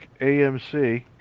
AMC